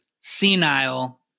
senile